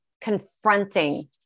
confronting